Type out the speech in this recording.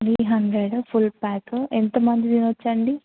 three hundred full pack ఎంతమంది తినొచ్చండి